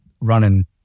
running